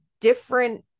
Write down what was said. different